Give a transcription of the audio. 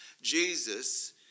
Jesus